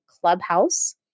Clubhouse